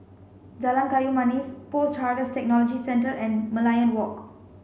Jalan Kayu Manis Post Harvest Technology Centre and Merlion Walk